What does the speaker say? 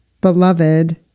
Beloved